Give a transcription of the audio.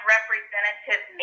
Representative